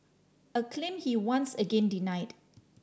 a claim he once again denied